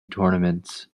tournaments